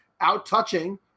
out-touching